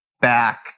back